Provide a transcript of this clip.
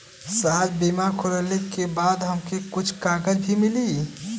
साहब बीमा खुलले के बाद हमके कुछ कागज भी मिली?